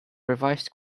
revised